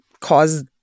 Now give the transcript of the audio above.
cause